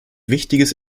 wichtiges